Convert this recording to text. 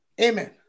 Amen